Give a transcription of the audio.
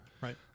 right